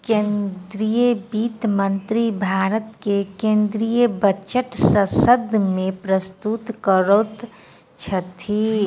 केंद्रीय वित्त मंत्री भारत के केंद्रीय बजट संसद में प्रस्तुत करैत छथि